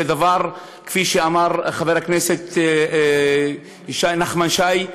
כפי שאמר חבר הכנסת נחמן שי,